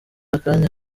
akanya